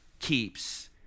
keeps